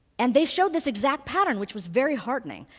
and they showed this exact pattern which was very heartening.